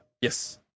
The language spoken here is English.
yes